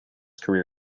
career